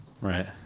Right